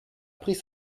pris